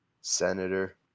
senator